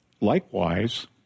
Likewise